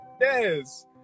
Yes